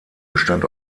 bestand